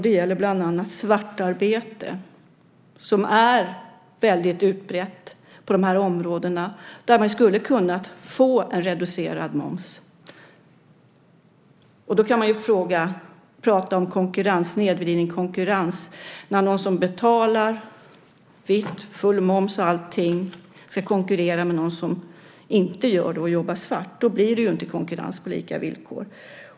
Det gäller bland annat svartarbete, som är utbrett på de områden där vi skulle ha kunnat få en reducerad moms. Då kan man tala om snedvriden konkurrens - när någon som betalar vitt, full moms och allting, ska konkurrera med någon som inte gör det och jobbar svart. Då blir det inte konkurrens på lika villkor.